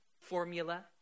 formula